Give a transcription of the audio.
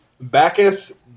Bacchus